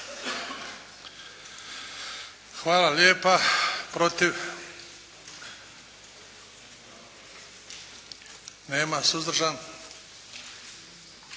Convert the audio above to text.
Hvala lijepa. Protiv? Nema. Suzdržan?